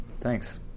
thanks